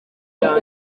iyo